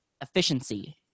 efficiency